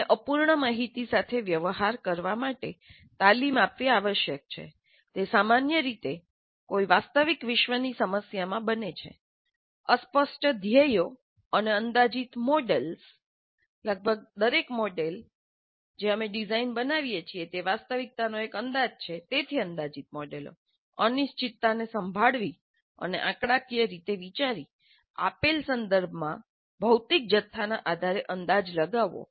તેમને અપૂર્ણ માહિતી સાથે વ્યવહાર કરવા માટે તાલીમ આપવી આવશ્યક છે જે સામાન્ય રીતે કોઈ વાસ્તવિક વિશ્વની સમસ્યામાં બને છે અસ્પષ્ટ ધ્યેયો ગ્રાહકો હંમેશાં તે સ્પષ્ટ રીતે સ્પષ્ટ થતા નથી કે તેઓ શું ઇચ્છે છે તે જ છે અને અંદાજિત મોડેલ્સ લગભગ દરેક મોડેલ કે જે અમે ડિઝાઇન દરમિયાન બનાવીએ છીએ તે વાસ્તવિકતાનો એક અંદાજ છે તેથી અંદાજીત મોડેલો અનિશ્ચિતતા ને સંભાળવી અને આંકડાકીય રીતે વિચારી આપેલા સંદર્ભમાં ભૌતિક જથ્થાના આશરે અંદાજ લગાવો